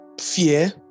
fear